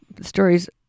stories